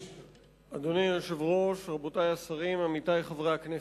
אדוני היושב-ראש, רבותי השרים, עמיתי חברי הכנסת,